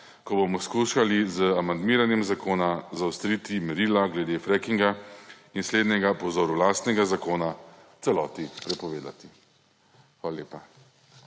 ko bomo skušali z amandmiranjem zakona zaostriti merila glede frackinga in slednjega po vzoru lastnega zakona v celoti prepovedati.